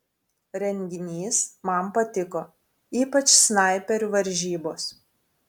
renginys man patiko ypač snaiperių varžybos